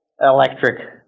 electric